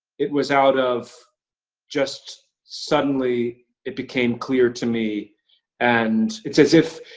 it was out of just suddenly it became clear to me and it's as if,